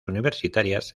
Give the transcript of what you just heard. universitarias